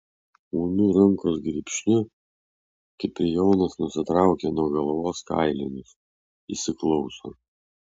ūmiu rankos grybšniu kiprijonas nusitraukia nuo galvos kailinius įsiklauso